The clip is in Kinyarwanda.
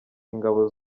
ingabo